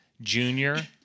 junior